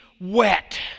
wet